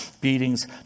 beatings